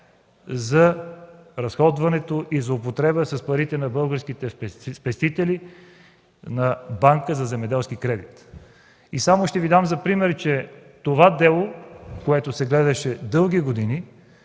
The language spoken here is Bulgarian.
за разходването и злоупотреба с парите на българските спестители на Банката за земеделски кредит. Само ще Ви дам пример с делото, което се гледаше дълги години.